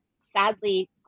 Sadly